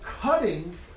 cutting